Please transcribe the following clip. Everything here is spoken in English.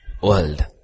world